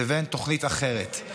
לבין תוכנית אחרת.